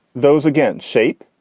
those again shape.